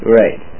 right